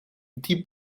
die